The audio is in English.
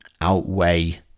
outweigh